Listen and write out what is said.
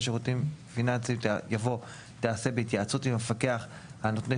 שירותים פיננסיים" יבוא "תיעשה בהתייעצות עם המפקח על נותני